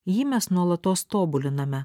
jį mes nuolatos tobuliname